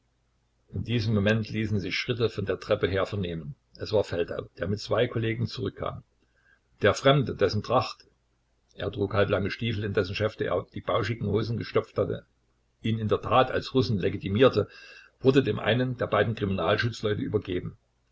in diesem moment ließen sich schritte von der treppe her vernehmen es war feldau der mit zwei kollegen zurückkam der fremde dessen tracht er trug halblange stiefel in dessen schäfte er die bauschigen hosen gestopft hatte ihn in der tat als russen legitimierte wurde dem einen der beiden kriminalschutzleute übergeben